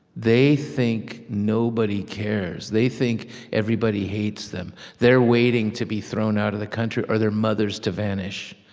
they think nobody cares. they think everybody hates them. they're waiting to be thrown out of the country or their mothers to vanish.